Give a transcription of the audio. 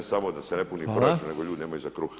Ne samo da se ne puni proračun, nego ljudi nemaju za kruh.